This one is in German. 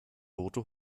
tote